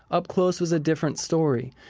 up close was a different story.